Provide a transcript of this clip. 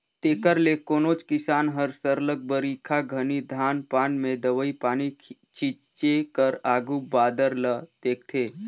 तेकर ले कोनोच किसान हर सरलग बरिखा घनी धान पान में दवई पानी छींचे कर आघु बादर ल देखथे